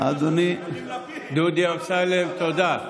אתה הכחשת שתלך עם לפיד --- דודי אמסלם, תודה.